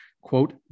quote